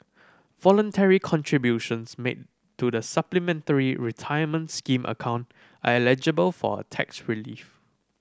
voluntary contributions made to the Supplementary Retirement Scheme account are eligible for a tax relief